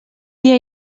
dia